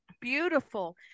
beautiful